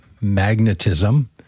magnetism